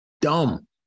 dumb